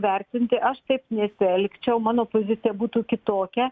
vertinti aš taip nesielgčiau mano pozicija būtų kitokia